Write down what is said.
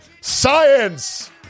Science